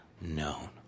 known